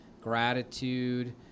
gratitude